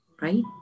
Right